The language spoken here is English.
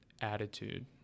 attitude